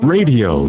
Radio